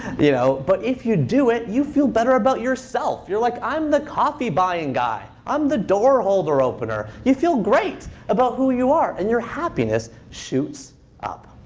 you know but if you do it, you feel better about yourself. you're like, i'm the coffee buying guy. i'm the door holder opener. you feel great about who you are, and your happiness shoots up.